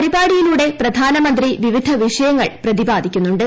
പരിപാടിയിലൂടെ പ്രധാനമന്ത്രി വിവിധ വിഷയങ്ങൾ പ്രതിപാദിക്കുന്നുണ്ട്